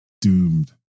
Doomed